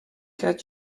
gaat